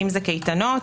כמו קייטנות.